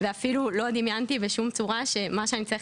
ואפילו לא דמיינתי בשום צורה שמה שאני אצטרך